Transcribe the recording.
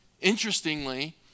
Interestingly